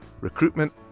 recruitment